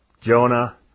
Jonah